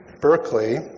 Berkeley